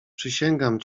przysięgam